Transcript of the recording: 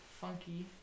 Funky